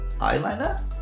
eyeliner